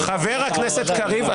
חבר הכנסת קריב,